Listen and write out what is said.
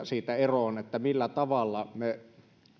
siitä tosiasiasta eroon millä tavalla me